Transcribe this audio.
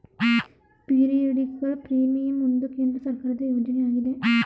periodical premium ಒಂದು ಕೇಂದ್ರ ಸರ್ಕಾರದ ಯೋಜನೆ ಆಗಿದೆ